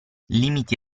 limiti